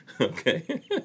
Okay